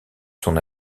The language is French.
son